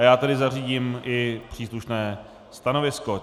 A já tedy zařídím i příslušné stanovisko.